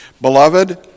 Beloved